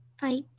fight